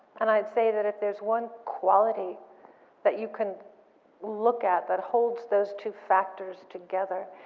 and i'd say that if there's one quality that you can look at that holds those two factors together,